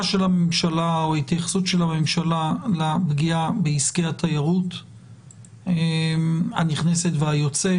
של הממשלה או התייחסות הממשלה לפגיעה בעסקי התיירות הנכנסת והיוצאת.